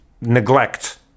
neglect